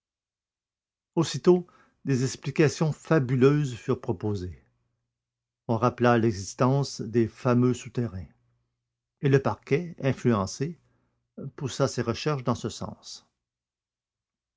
aussitôt des explications fabuleuses furent proposées on rappela l'existence des fameux souterrains et le parquet influencé poussa ses recherches dans ce sens